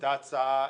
שהיתה הצעה,